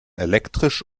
elektrisch